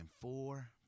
four